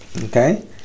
okay